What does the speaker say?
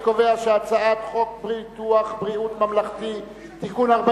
אני קובע שהצעת חוק ביטוח בריאות ממלכתי (תיקון מס'